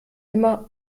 immer